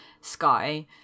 sky